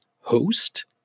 host